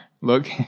look